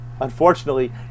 unfortunately